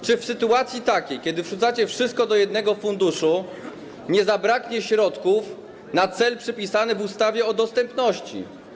Czy w sytuacji takiej, kiedy wrzucacie wszystko do jednego funduszu, nie zabraknie środków na cel przypisany w ustawie o dostępności?